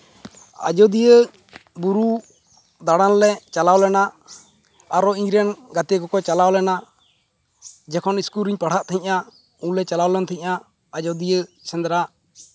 ᱟᱡᱳᱫᱤᱭᱟᱹ ᱵᱩᱨᱩ ᱫᱟᱬᱟᱱ ᱞᱮ ᱪᱟᱞᱟᱣ ᱞᱮᱱᱟ ᱟᱨᱚ ᱤᱧᱨᱮᱱ ᱜᱟᱛᱮ ᱠᱚᱠᱚ ᱪᱟᱞᱟᱣ ᱞᱮᱱᱟ ᱡᱚᱠᱷᱚᱱ ᱤᱥᱠᱩᱞ ᱨᱤᱧ ᱯᱟᱲᱦᱟᱜ ᱛᱟᱦᱮᱱᱟ ᱩᱱᱞᱮ ᱪᱟᱞᱟᱣ ᱞᱮᱱ ᱛᱟᱦᱮᱸᱜᱼᱟ ᱟᱡᱳᱫᱤᱭᱟᱹ ᱥᱮᱸᱫᱽᱨᱟ